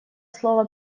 слово